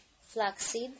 flaxseed